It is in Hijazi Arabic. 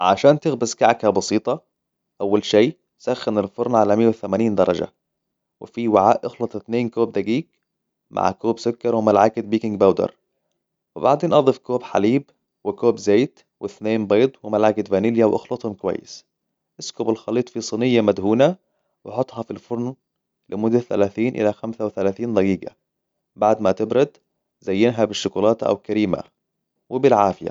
عشان تخبز كعكة بسيطة، أول شيء، تسخن الفرن على ميه و ثمانين درجة. وفي وعاء اخلصت اتنين كوب دقيق مع كوب سكر وملعقة بيكنج بودر. وبعدين أضف كوب حليب وكوب زيت واثنين بيض وملعقة فانيليا واخلطهم كويس. إسكب الخليط في صينية مدهونة وحطها بالفرن لمدة ثلاثين إلى خمسه وثلاثين دقيقة. بعد ما تبرد، زينها بالشوكولاتة أو كريمة. وبالعافية.